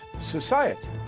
society